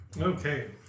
Okay